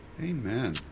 Amen